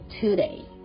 today